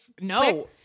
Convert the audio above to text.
no